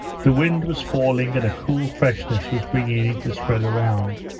the wind was falling and a cool freshness was beginning to spread around.